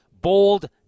bold